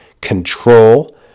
control